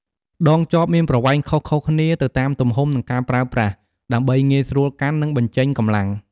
ដងចបមានប្រវែងខុសៗគ្នា ទៅតាមទំហំ និងការប្រើប្រាស់ ដើម្បីងាយស្រួលកាន់ និងបញ្ចេញកម្លាំង។